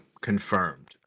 confirmed